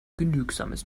genügsames